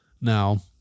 now